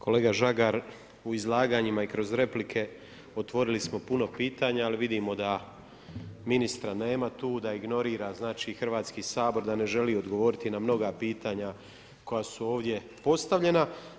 Kolega Žagar u izlaganjima i kroz replike otvorili smo puno pitanja, ali vidimo da ministra nema tu, da ignorira, znači Hrvatski sabor, da ne želi odgovoriti na mnoga pitanja koja su ovdje postavljena.